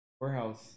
warehouse